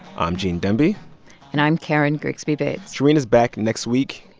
i'm gene demby and i'm karen grigsby bates shereen is back next week.